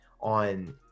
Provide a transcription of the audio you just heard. on